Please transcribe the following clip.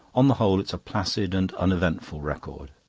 on the whole, it's a placid and uneventful record.